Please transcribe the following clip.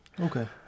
Okay